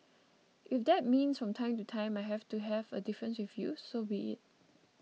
if that means from time to time I have to have a difference with you so be it